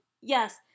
yes